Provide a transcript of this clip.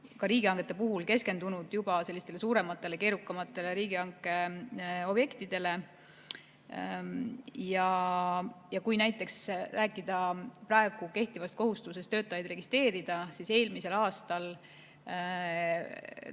ka riigihangete puhul keskendunud suurematele ja keerukamatele riigihanke objektidele. Kui näiteks rääkida kehtivast kohustusest töötajaid registreerida, siis eelmisel aastal